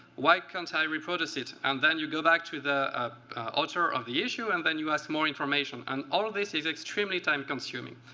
why can't i reproduce it? and then you go back to the author of the issue, and then you ask more information. and all of this is extremely time-consuming.